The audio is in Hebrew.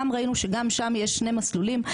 גם ראינו שגם שם יש שני מסלולים,